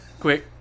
Quick